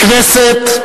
ולכנסת,